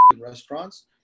restaurants